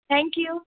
thank you